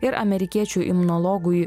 ir amerikiečių imunologui